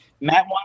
Matt